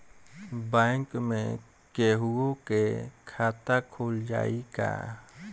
Bank में केहूओ के खाता खुल जाई का?